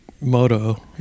moto